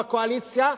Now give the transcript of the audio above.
בקואליציה,